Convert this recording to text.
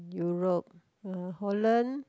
Europe uh Holland